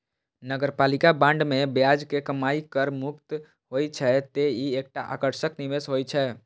नगरपालिका बांड मे ब्याज के कमाइ कर मुक्त होइ छै, तें ई एकटा आकर्षक निवेश होइ छै